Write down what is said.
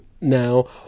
now